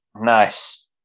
Nice